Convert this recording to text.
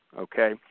okay